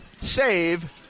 save